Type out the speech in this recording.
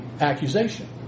accusation